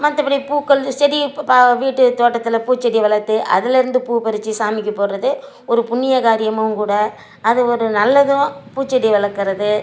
மற்றபடி பூக்கள் செடியை இப்போ பா வீட்டு தோட்டத்தில் பூச்செடியை வளர்த்து அதுலேயிருந்து பூப்பறித்து சாமிக்கு போடுறது ஒரு புண்ணிய காரியமும் கூட அது ஒரு நல்லதும் பூச்செடியை வளர்க்குறது